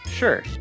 Sure